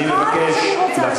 כל מה שאני רוצה אני יכולה.